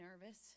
nervous